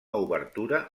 obertura